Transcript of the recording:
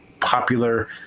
popular